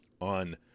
on